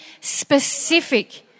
specific